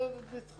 עוזב את "בזכות",